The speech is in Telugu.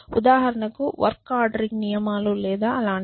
ఉదాహరణకు వర్క్ ఆర్డరింగ్ నియమాలు లేదా అలాంటివి